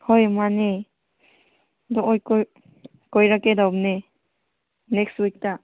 ꯍꯣꯏ ꯃꯥꯟꯅꯦ ꯑꯗꯣ ꯑꯩ ꯀꯣꯏꯔꯛꯀꯦ ꯇꯧꯕꯅꯦ ꯅꯦꯛꯁ ꯋꯤꯛꯇ